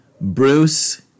bruce